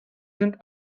sind